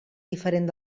diferent